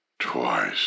Twice